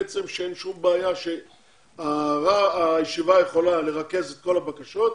בעצם שאין שום בעיה שהישיבה יכולה לרכז את כל הבקשות,